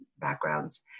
backgrounds